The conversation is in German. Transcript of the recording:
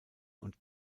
und